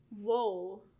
Whoa